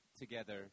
together